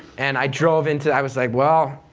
and i drove into, i was like, well,